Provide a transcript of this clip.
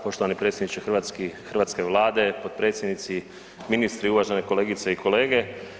Poštovani predsjedniče hrvatske Vlade, potpredsjednici, ministri i uvažene kolegice i kolege.